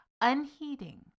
Unheeding